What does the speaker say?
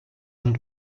not